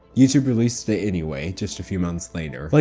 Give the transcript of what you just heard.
youtube released it anyway just a few months later. like